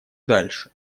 дальше